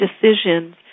decisions